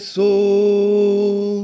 soul